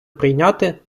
прийняти